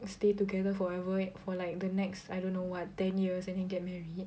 stay together forever for like the next I don't know what ten years and you get married